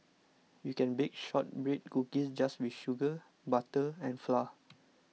you can bake Shortbread Cookies just with sugar butter and flour